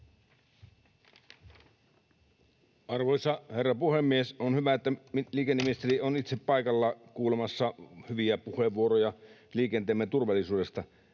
Arvoisa herra puhemies! On hyvä, että liikenneministeri on itse paikalla kuulemassa hyviä puheenvuoroja liikenteemme turvallisuudesta.